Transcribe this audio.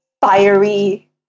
fiery